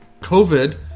COVID